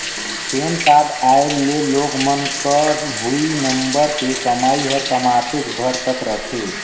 PAN card आए ले लोग मन क हुई नंबर के कमाई हर कमातेय भर तक रथे